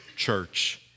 church